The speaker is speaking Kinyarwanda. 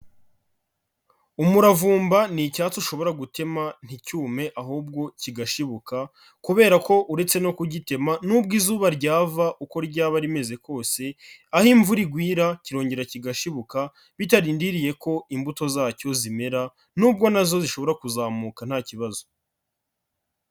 Umuravumba ni icyatsi ushobora gutema nticyume ahubwo kigashibuka kubera ko uretse no kugitema nubwo izuba ryava uko ryaba rimeze kose, aho imvura igwira kirongera kigashibuka, bitarindiriye ko imbuto zacyo zimera, nubwo na zo zishobora kuzamuka nta kibazo.